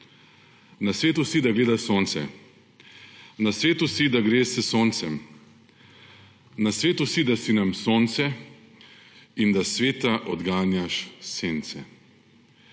»Na svetu si, da gledaš sonce. Na svetu si, da greš za soncem. Na svetu si, da sam si sonce in da s sveta odganjaš sence.«